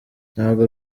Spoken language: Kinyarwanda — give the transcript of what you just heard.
ntabwo